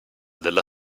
della